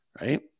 Right